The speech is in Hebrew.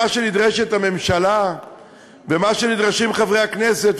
מה שנדרשת הממשלה ומה שנדרשים חברי הכנסת,